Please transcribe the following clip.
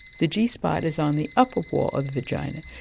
the g-spot is on the upper wall of the vagina,